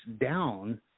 down